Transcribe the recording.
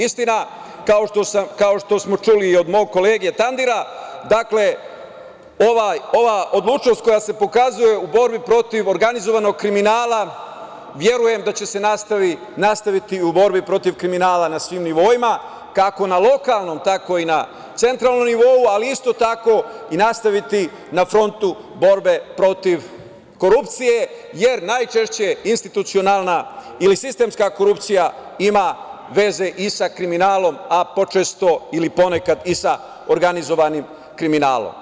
Istina, kao što smo čuli od mog kolege Tandira, dakle, ova odlučnost koja se pokazuje u borbi protiv organizovanog kriminala, verujem da će se nastaviti u borbi protiv kriminala na svim nivoima, kako na lokalnom, tako i na centralnom nivou, ali isto tako i nastaviti na frontu borbe protiv korupcije, jer najčešće institucionalna ili sistemska korupcija ima veze i sa kriminalom, a počesto ili ponekad i sa organizovanim kriminalom.